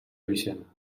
louisiana